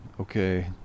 okay